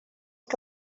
que